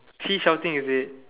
she shouting is it